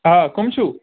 آ کٕم چھِو